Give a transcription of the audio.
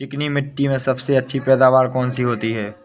चिकनी मिट्टी में सबसे अच्छी पैदावार कौन सी होती हैं?